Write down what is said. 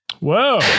Whoa